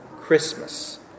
Christmas